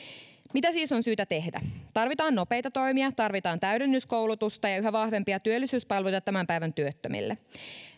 mitä siis on syytä tehdä tarvitaan nopeita toimia tarvitaan täydennyskoulutusta ja yhä vahvempia työllisyyspalveluita tämän päivän työttömille